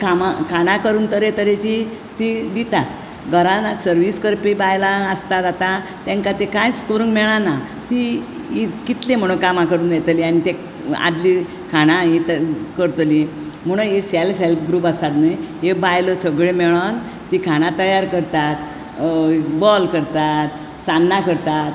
खाणां करून तरेतरेची ती दितात घरांत सर्वीस करपी बायलां आसतात आता तेंकां तें कांयच करूंक मेळना ती कितलीं म्हणुन कामां करून येतली आनी ते आदली खाणां ही त करतली म्हणून हे सेल्फ हेल्प ग्रुप आसा न्हय ये बायलो सगळ्यो मेळोन ती खाणां तयार करतात बॉल करतात सान्ना करतात